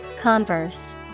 Converse